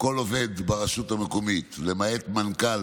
כל עובד ברשות המקומית למעט מנכ"ל,